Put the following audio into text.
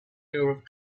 europe